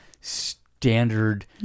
standard